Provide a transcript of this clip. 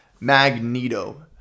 Magneto